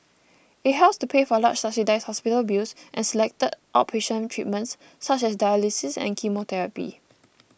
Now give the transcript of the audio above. it helps to pay for large subsidised hospital bills and selected outpatient treatments such as dialysis and chemotherapy